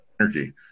energy